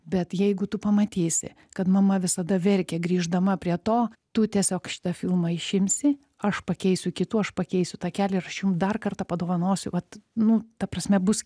bet jeigu tu pamatysi kad mama visada verkia grįždama prie to tu tiesiog šitą filmą išimsi aš pakeisiu kitu aš pakeisiu takelį ir aš jum dar kartą padovanosiu vat nu ta prasme bus